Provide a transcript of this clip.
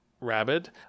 Rabbit